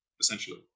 essentially